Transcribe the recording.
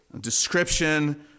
description